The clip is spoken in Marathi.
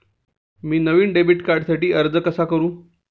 मी नवीन डेबिट कार्डसाठी अर्ज कसा करू?